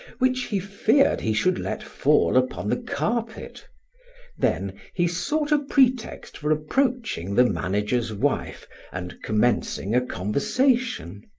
which he feared he should let fall upon the carpet then he sought a pretext for approaching the manager's wife and commencing a conversation.